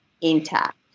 intact